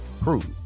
prove